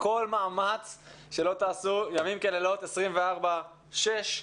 אנחנו עוד רגע, גם אני וגם ידידי יוסי